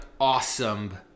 Awesome